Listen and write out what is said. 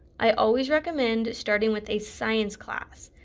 i always recommend starting with a science class.